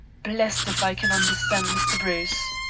blest if i can understand mr. bruce.